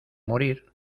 morir